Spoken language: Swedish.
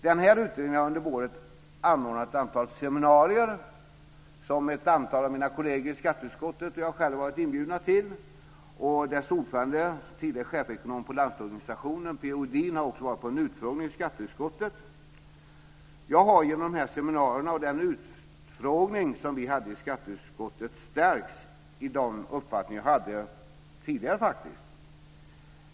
Denna utredning har under våren anordnat ett antal seminarier som ett antal av mina kolleger i skatteutskottet och jag själv varit inbjudna till. Och dess ordföranden, den tidigare chefsekonomen på Landsorganisationen, P.-O. Edin, har också medverkat vid en utfrågning i skatteutskottet. Jag har genom dessa seminarier och den utfrågning som vi hade i skatteutskottet faktiskt stärkts i de uppfattningar som jag hade tidigare.